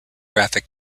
graphic